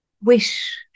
wish